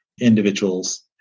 individuals